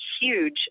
huge